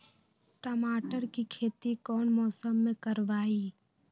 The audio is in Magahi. टमाटर की खेती कौन मौसम में करवाई?